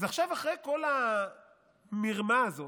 אז עכשיו, אחרי כל המרמה הזאת,